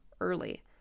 early